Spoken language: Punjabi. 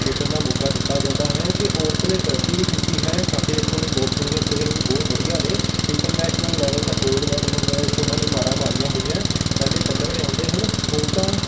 ਖੇਡਣ ਦਾ ਮੌਕਾ ਦਿੱਤਾ ਜਾਂਦਾ ਹੈ ਕਿ ਔਰਤ ਨੇ ਤਰੱਕੀ ਵੀ ਕੀਤੀ ਹੈ ਸਾਡੇ ਇੱਥੋਂ ਦੇ ਬੋਕਸਿੰਗ ਦੇ ਪਲੇਅਰ ਵੀ ਬਹੁਤ ਵਧੀਆ ਨੇ ਇੰਟਰਨੈਸ਼ਨਲ ਲੈਵਲ ਤੱਕ ਗੋਲਡ ਮੈਡਲ ਵਿੱਚ ਉਹਨਾਂ ਨੇ ਮਾਰਾਂ ਮਾਰੀਆਂ ਹੋਈਆਂ ਪਹਿਲੇ ਪੱਧਰ 'ਤੇ ਆਉਂਦੇ ਹਨ ਔਰਤਾਂ